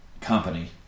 company